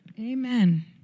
amen